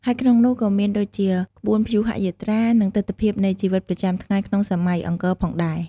ហើយក្នុងនោះក៏មានដូចជាក្បួនព្យុហយាត្រា និងទិដ្ឋភាពនៃជីវិតប្រចាំថ្ងៃក្នុងសម័យអង្គរផងដែរ។